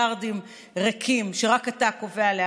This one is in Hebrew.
של חברי הכנסת שטרם הצביעו.